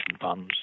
funds